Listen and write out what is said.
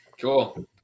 Cool